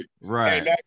Right